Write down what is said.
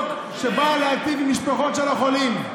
חוק שבא להיטיב עם משפחות של החולים.